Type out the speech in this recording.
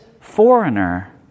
foreigner